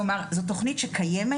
כלומר זו תכנית שקיימת,